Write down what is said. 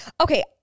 Okay